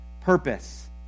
purpose